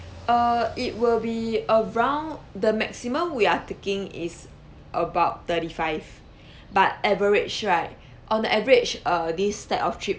err it will be around the maximum we are taking is about thirty five but average right on the average err this type of trip